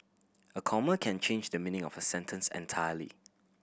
a comma can change the meaning of a sentence entirely